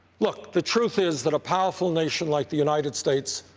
look, the truth is that a powerful nation like the united states,